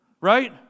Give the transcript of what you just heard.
Right